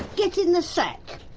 get get in the sack,